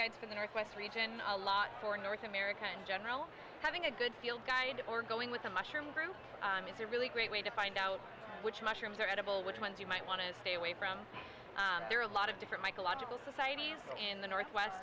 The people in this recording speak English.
guides from the northwest region a lot for north america in general having a good field guide or going with a mushroom group is a really great way to find out which mushrooms are edible which ones you might want to stay away from there are a lot of different psychological societies in the northwest